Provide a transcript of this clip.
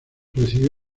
recibió